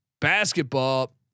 basketball